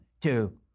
Two